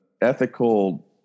ethical